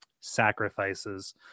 sacrifices